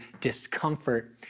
discomfort